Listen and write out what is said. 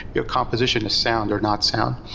your composition is sound or not sound?